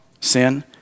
sin